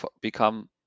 become